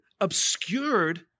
obscured